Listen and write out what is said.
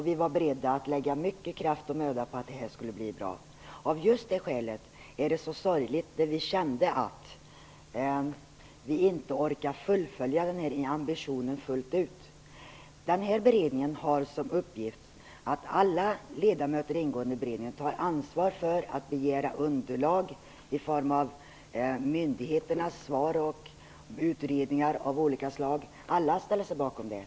Vi var beredda att lägga mycket kraft och möda på att detta skulle bli bra. Av just det skälet är det sorgligt att vi känner att vi inte orkar fullfölja denna ambition. Beredningens uppgift är att alla ledamöter ingående i beredningen tar ansvar för att begära underlag i form av myndighetssvar och utredningar av olika slag. Alla ställer sig bakom det.